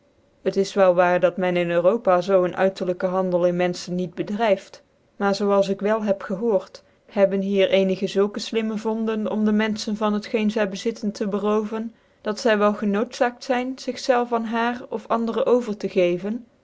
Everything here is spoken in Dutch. het is wel waar dat men in europa zoo ccn uiterlijke handel in rnenfehen niet bcdrvft maar zoo als ik wel iicb gehoord hebben hier ccnigc zulke flimmc vonden om dc mrnfehen van het geen zy bezitten tc beroven dat zy wel genootzaakt zyn zig zelvcn aan haar of andere over tc geven